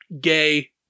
gay